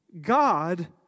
God